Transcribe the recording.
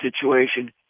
situation